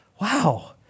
Wow